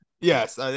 Yes